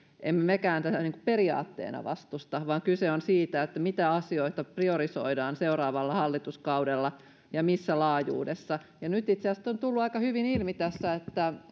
emme mekään tätä periaatteena vastusta vaan kyse on siitä mitä asioita priorisoidaan seuraavalla hallituskaudella ja missä laajuudessa nyt on tullut aika hyvin ilmi tässä että